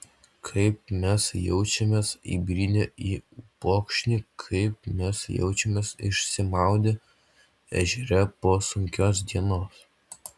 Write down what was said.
kaip mes jaučiamės įbridę į upokšnį kaip mes jaučiamės išsimaudę ežere po sunkios dienos